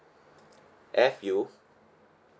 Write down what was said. F U